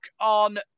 on